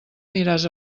aniràs